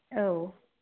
औ